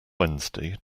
wednesday